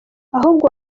ahubwo